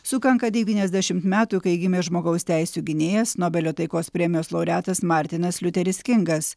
sukanka devyniasdešimt metų kai gimė žmogaus teisių gynėjas nobelio taikos premijos laureatas martinas liuteris kingas